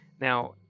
Now